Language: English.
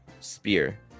spear